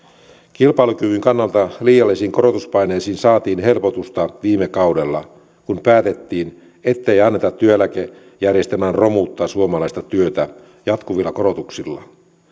kilpailukyvyn kannalta liiallisiin korotuspaineisiin saatiin helpotusta viime kaudella kun päätettiin ettei anneta työeläkejärjestelmän romuttaa suomalaista työtä jatkuvilla korotuksilla